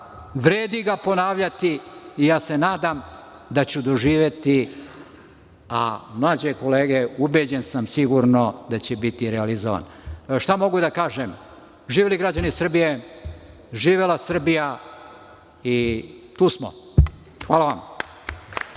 vredi ga ponavljati i ja se nadam da ću doživeti , a mlađe kolege, ubeđen sam, sigurno, da će biti realizovan. Šta još mogu da kažem? Živeli građani Srbije, živela Srbija i - tu smo! Hvala vam.